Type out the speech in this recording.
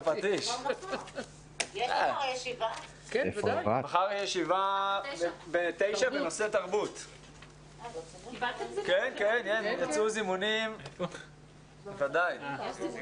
הישיבה ננעלה בשעה 15:30.